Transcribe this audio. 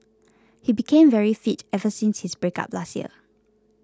he became very fit ever since his breakup last year